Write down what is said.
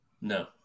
No